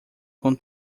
com